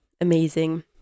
amazing